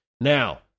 Now